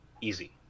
Easy